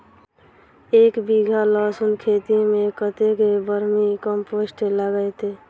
एक बीघा लहसून खेती मे कतेक बर्मी कम्पोस्ट लागतै?